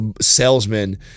salesman